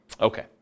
Okay